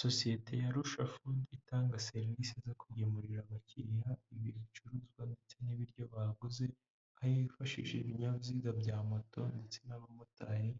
Sosiyete ya Rusha Fudu itanga serivisi zo kugemurira abakiriya ibi bicuruzwa ndetse n'ibiryo baguze, aho yifashisha ibinyabiziga bya moto ndetse n'abamotari